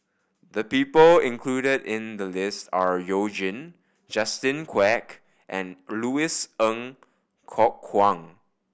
the people included in the list are You Jin Justin Quek and Louis Ng Kok Kwang